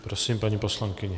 Prosím, paní poslankyně.